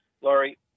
Laurie